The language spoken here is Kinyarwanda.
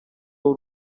w’u